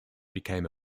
became